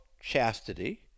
chastity